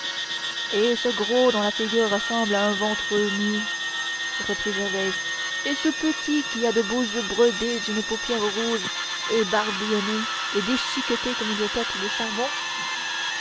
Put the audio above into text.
et ce gros dont la figure ressemble à un ventre nu reprit gervaise et ce petit qui a de petits yeux bordés d'une paupière rouge ébarbillonnée et déchiquetée comme une tête de chardon